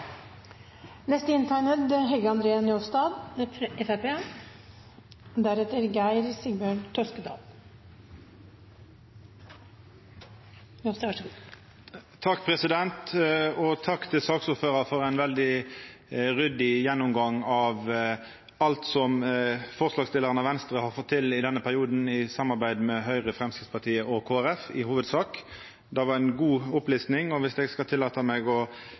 for ein veldig ryddig gjennomgang av alt som forslagsstillarane frå Venstre har fått til i denne perioden i samarbeid med Høgre, Framstegspartiet og Kristeleg Folkeparti, i hovudsak. Det var ei god opplisting, og om eg kan tillata meg å